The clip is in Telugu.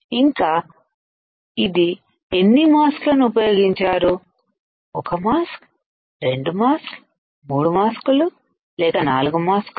ఇంకా ఇది ఎన్ని మాస్క్ లను ఉపయోగించారు ఒక మాస్క్2మాస్క్ లు3మాస్క్ లులేక4మాస్క్ లు